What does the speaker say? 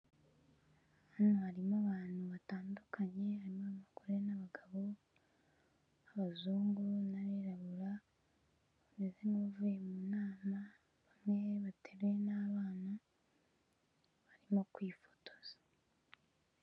Hano harimo abantu batandukanye, harimo abagore n'abagabo, b'abazungu n'abirabura, bameze nk'abavuye mu nama, bamwe bateruye n'abana, barimo kwifotoza.